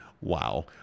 Wow